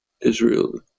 Israel